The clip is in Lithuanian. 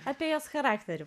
apie jos charakterį